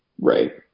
Right